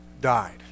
died